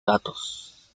datos